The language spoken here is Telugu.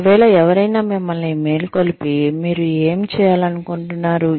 ఒకవేళ ఎవరైనా మిమ్మల్ని మేల్కొలిపి మీరు ఏమి చేయాలనుకుంటున్నారు